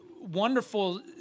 wonderful